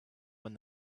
when